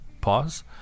pause